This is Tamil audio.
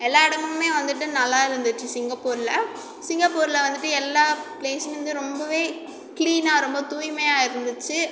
எல்லா இடமுமே வந்துட்டு நல்லா இருந்துச்சு சிங்கப்பூரில் சிங்கப்பூரில் வந்துட்டு எல்லா பிளேஸ்லேருந்து ரொம்பவே கிளீனாக ரொம்ப தூய்மையாக இருந்துச்சு